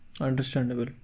Understandable